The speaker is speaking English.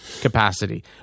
capacity